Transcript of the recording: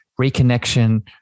reconnection